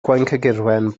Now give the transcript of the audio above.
gwauncaegurwen